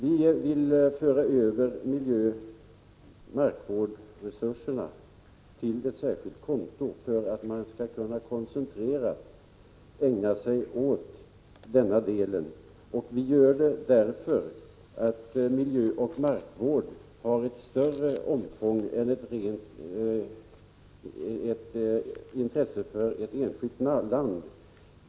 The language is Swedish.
Vi vill föra över miljöoch markvårdsresurserna till ett särskilt konto för att man koncentrerat skall kunna ägna sig åt dessa frågor. Vi anser nämligen att miljöoch markvårdsproblemen är alltför omfattande för att kunna lösas inom ramen för intresset för ett enskilt land.